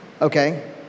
Okay